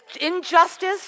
injustice